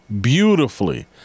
beautifully